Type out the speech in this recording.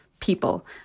people